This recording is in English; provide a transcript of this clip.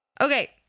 Okay